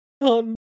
on